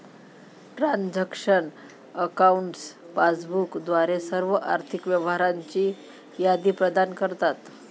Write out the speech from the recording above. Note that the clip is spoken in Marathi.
ट्रान्झॅक्शन अकाउंट्स पासबुक द्वारे सर्व आर्थिक व्यवहारांची यादी प्रदान करतात